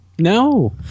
No